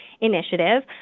Initiative